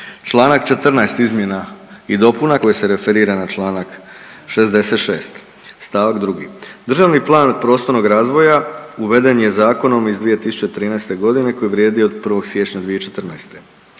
Članak 14. izmjena i dopuna koje se referira na članak 66. stavak drugi: „državni plan prostornog razvoja uveden je zakonom iz 2013. godine koji vrijedi od 1. siječnja 2014.“